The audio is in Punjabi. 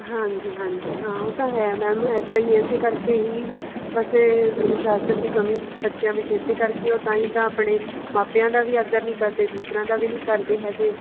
ਹਾਂਜੀ ਹਾਂਜੀ ਹਾਂ ਉਹ ਤਾਂ ਹੈ ਮੈਮ ਇੱਦਾਂ ਹੀ ਹੈ ਇਸੇ ਕਰਕੇ ਹੀ ਬਸ ਹੈ ਅਨੁਸ਼ਾਸਨ ਦੀ ਕਮੀ ਬੱਚਿਆਂ ਵਿੱਚ ਇਸੇ ਕਰਕੇ ਉਹ ਤਾਂ ਹੀ ਤਾਂ ਆਪਣੇ ਮਾਪਿਆਂ ਦਾ ਵੀ ਆਦਰ ਨਹੀਂ ਕਰਦੇ ਟੀਚਰਾਂ ਦਾ ਵੀ ਨਹੀਂ ਕਰਦੇ ਹੈਗੇ